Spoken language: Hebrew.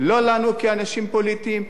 לא לנו כאנשים פוליטיים,